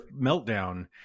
meltdown